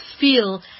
feel